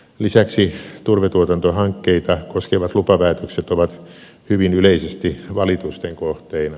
lisäksi turvetuotantohankkeita koskevat lupapäätökset ovat hyvin yleisesti valitusten kohteina